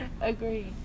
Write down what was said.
agree